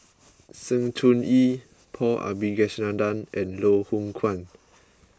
Sng Choon Yee Paul Abisheganaden and Loh Hoong Kwan